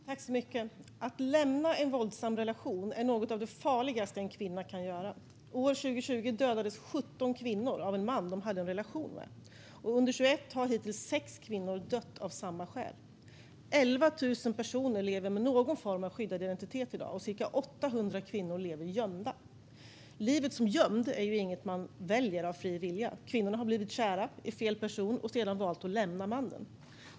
Fru talman! Att lämna en våldsam relation är något av det farligaste en kvinna kan göra. År 2020 dödades 17 kvinnor av en man de hade en relation med. Under 2021 har hittills 6 kvinnor dött av samma skäl. 11 000 personer lever med någon form av skyddad identitet i dag, och cirka 800 kvinnor lever gömda. Livet som gömd är inget man väljer av fri vilja. Kvinnorna har blivit kära i fel person och sedan valt att lämna den mannen.